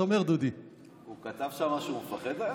דרך אגב, כתבו שם, הוא כתב שם שהוא מפחד היום?